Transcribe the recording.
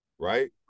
right